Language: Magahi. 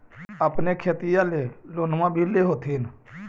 अपने खेतिया ले लोनमा भी ले होत्थिन?